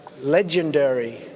legendary